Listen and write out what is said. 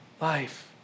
life